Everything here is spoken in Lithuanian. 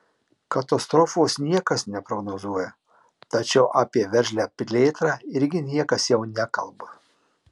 katastrofos niekas neprognozuoja tačiau apie veržlią plėtrą irgi niekas jau nekalba